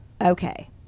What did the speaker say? okay